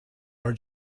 are